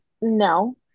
no